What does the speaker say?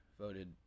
voted